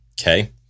Okay